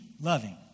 loving